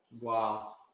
Wow